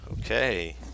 okay